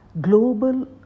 global